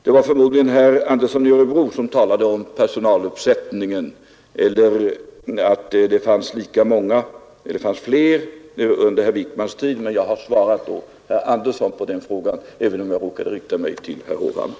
Det var förmodligen herr Andersson i Örebro som talade om personaluppsättningen och om att det fanns flera anställda under herr Wickmans tid. Men jag har nu svarat herr Andersson på den frågan, även om jag råkade rikta mig till herr Hovhammar.